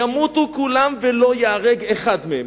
ימותו כולם ולא ייהרג אחד מהם.